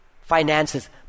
finances